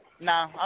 No